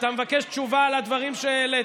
אתה מבקש תשובה על הדברים שהעלית.